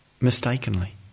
mistakenly